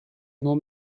nur